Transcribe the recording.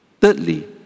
Thirdly